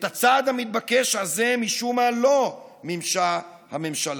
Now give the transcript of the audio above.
את הצעד המתבקש הזה, משום מה, לא מימשה הממשלה.